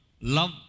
love